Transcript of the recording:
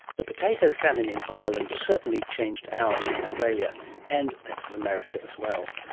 the potato famine in ireland certainly changed ours in australia and that of america as well.